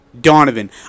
Donovan